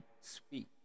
speak